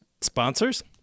sponsors